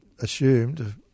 assumed